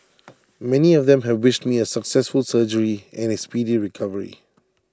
many of them have wished me A successful surgery and A speedy recovery